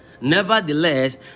Nevertheless